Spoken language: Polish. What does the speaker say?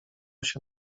się